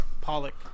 Pollock